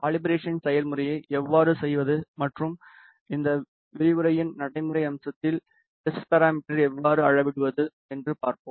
calibration செயல்முறையை எவ்வாறு செய்வது மற்றும் இந்த விரிவுரையின் நடைமுறை அம்சத்தில் எஸ் பாராமீட்டர்களை எவ்வாறு அளவிடுவது என்று பார்ப்போம்